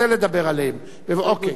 לא הסתייגות דיבור, יש לו הסתייגות.